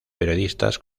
periodistas